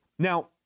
Now